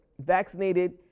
vaccinated